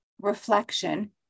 reflection